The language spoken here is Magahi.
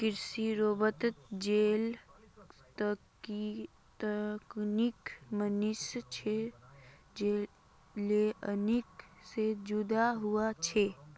कृषि रोबोतोत जेल तकनिकी मशीन छे लेअर्निंग से जुदा हुआ छे